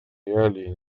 реалии